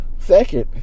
Second